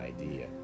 idea